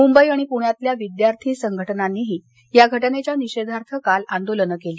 मुंबई आणि पुण्यातल्या विद्यार्थी संघटनांनीही या घटनेच्या निषेधार्थ काल आंदोलन केलं